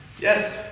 Yes